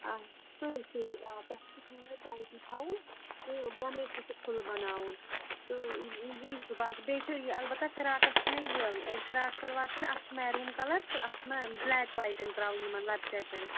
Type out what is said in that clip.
آ سُے سُے آ تتھ چھِ تھوڑا ٹایٹٕے تھاوُن تہٕ بۄَنے چھُ سُہ کھُلہٕ بَناوُن تہٕ یی چھُ بَس بیٚیہِ چھُ یہِ اَلبتہ فِراکَس چھِ مےٚ یہِ فِراک شَلوار چھُ مےٚ اَتھ چھُ میروٗن کَلَر تہٕ اَتھ چھِ مےٚ بٕلیک پایپنٛگ ترٛاوٕنۍ یِمَن لپچیکٮ۪ن